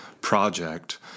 project